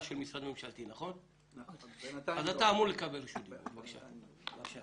הכי קל בכל